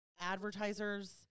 advertisers